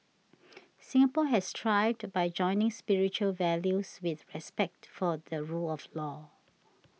Singapore has thrived by joining spiritual values with respect for the rule of law